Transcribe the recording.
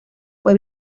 fue